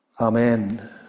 Amen